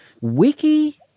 Wiki